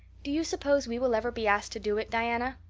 do you suppose we will ever be asked to do it, diana?